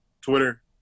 Twitter